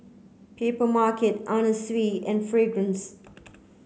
Papermarket Anna Sui and Fragrance